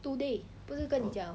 two day 不是跟你讲